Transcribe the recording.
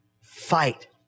fight